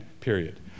period